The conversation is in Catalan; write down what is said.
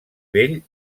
vell